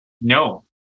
no